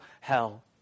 hell